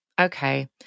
okay